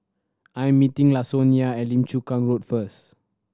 I am meeting Lasonya at Lim Chu Kang Road first